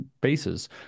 bases